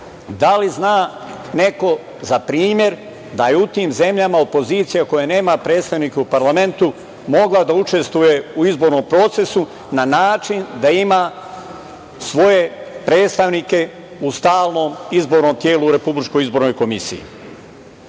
da li zna neko za primer da je u tim zemljama opozicija koja nema predstavnike u parlamentu mogla da učestvuje u izbornom procesu na način da ima svoje predstavnike u stalnom izbornom telu u RIK? Sad ću nešto reći